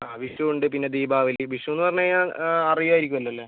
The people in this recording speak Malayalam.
ആ വിഷു ഉണ്ട് പിന്നെ ദീപാവലി വിഷുവെന്ന് പറഞ്ഞുകഴിഞ്ഞാൽ അറിയാമായിരിക്കുമല്ലോ അല്ലേ